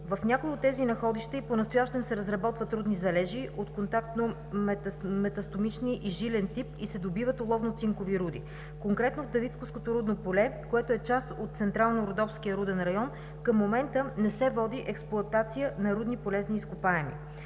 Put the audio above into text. В някои от тези находища и понастоящем се разработват рудни залежи от контактно-метасоматичен и жилен тип и се добиват оловно-цинкови руди. Конкретно в Давидковското рудно поле, което е част от Централно-Родопския руден район, към момента не се води експлоатация на рудни полезни изкопаеми.